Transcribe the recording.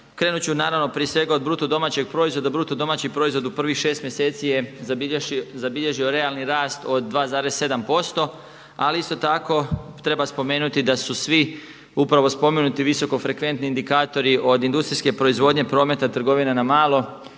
Krenut ću naravno prije svega od BDP-a, BDP u prvih šest mjeseci je zabilježio realni rast od 2,7%, ali isto tako treba spomenuti da su svi upravo spomenuti visokofrekventni indikatori od industrijske proizvodnje, prometa, trgovine na malo,